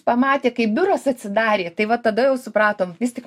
pamatė kaip biuras atsidarė tai va tada jau supratom vis tik